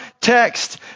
text